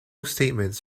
statements